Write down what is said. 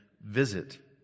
visit